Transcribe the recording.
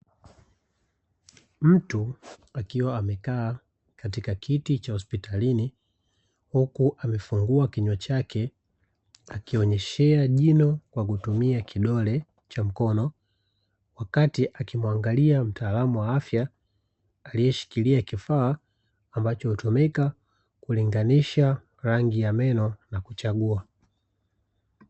Mtu akiwa amekaa katika kiti cha hospitalini, huku amefungua kinywa chake, akionyeshea jino kwa kutumia kidole cha mkono, wakati akimwangalia mtaalamu wa afya aliyeshikilia kifaa ambacho hutumika kulinganisha rangi ya meno na kuchagua.